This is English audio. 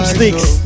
Sticks